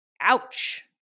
Ouch